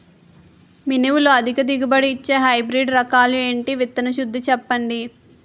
మినుములు అధిక దిగుబడి ఇచ్చే హైబ్రిడ్ రకాలు ఏంటి? విత్తన శుద్ధి చెప్పండి?